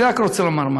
אני רק רוצה לומר משהו,